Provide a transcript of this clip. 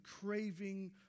craving